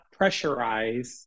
pressurize